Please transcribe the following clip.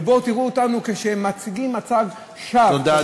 ובואו תראו אותנו, כשהם מציגים מצג שווא.